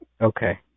okay